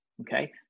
Okay